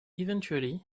eventually